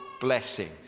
blessing